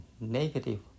negative